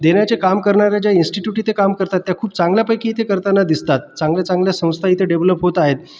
देण्याचे काम करणाऱ्या ज्या इन्स्टिट्यूट इथे काम करतात त्या खूप चांगल्यापैकी ते करताना दिसतात चांगल्या चांगल्या संस्था इथे डेवलप होत आहेत